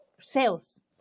sales